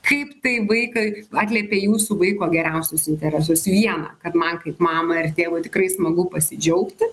kaip tai vaiką atliepia jūsų vaiko geriausius interesus vieną kad man kaip mamai ar tėvui tikrai smagu pasidžiaugti